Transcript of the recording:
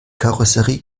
karosserie